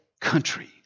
country